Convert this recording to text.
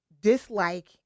dislike